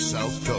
South